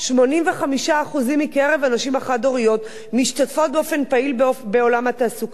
85% מהנשים החד-הוריות משתתפות באופן פעיל בעולם התעסוקה,